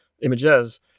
images